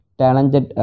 talented